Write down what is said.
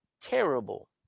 terrible